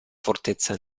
fortezza